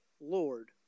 Lord